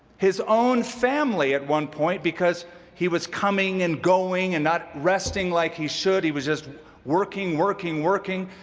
his own family at one point because he was coming and going and not resting like he should. he was just working, working, working,